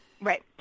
Right